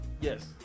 Yes